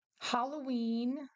Halloween